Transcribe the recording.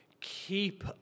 keep